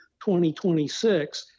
2026 –